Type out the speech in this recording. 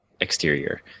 exterior